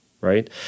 Right